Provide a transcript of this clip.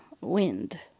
wind